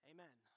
Amen